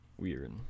Weird